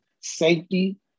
safety